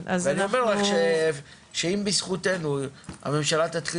אני אומר לך שאם בזכותנו הממשלה תתחיל